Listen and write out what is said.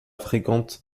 fréquentent